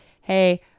Hey